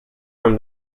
from